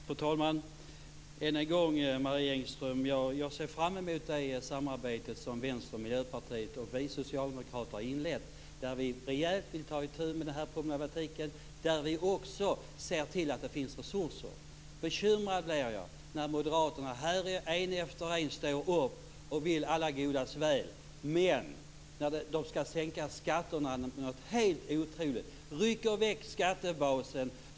Fru talman! Jag vill än en gång, Marie Engström, säga att jag ser fram emot det samarbete som Vänstern, Miljöpartiet och vi socialdemokrater har inlett. Vi vill ta itu med denna problematik rejält. Vi ser också till att det finns resurser. Bekymrad blir jag när moderaterna en efter en står upp här och berättar att de vill alla godas väl, men att de skall sänka skatterna något helt otroligt. De rycker väck skattebasen.